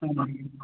हा